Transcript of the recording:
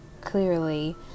clearly